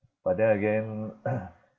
but then again